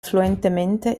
fluentemente